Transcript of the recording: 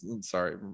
sorry